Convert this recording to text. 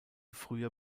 früher